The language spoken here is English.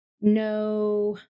no